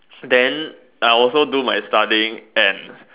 then I also do my studying and